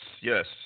yes